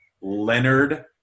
Leonard